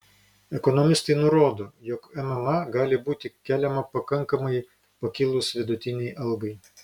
ekonomistai nurodo jog mma gali būti keliama pakankamai pakilus vidutinei algai